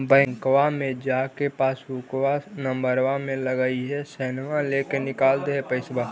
बैंकवा मे जा के पासबुकवा नम्बर मे लगवहिऐ सैनवा लेके निकाल दे है पैसवा?